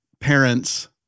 parents